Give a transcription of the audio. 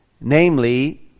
namely